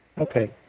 okay